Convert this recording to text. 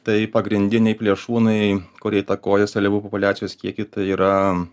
tai pagrindiniai plėšrūnai kurie įtakoja seliavų populiacijos kiekį tai yra